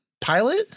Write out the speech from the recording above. pilot